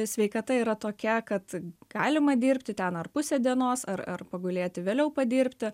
sveikata yra tokia kad galima dirbti ten ar pusę dienos ar ar pagulėti vėliau padirbti